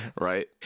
right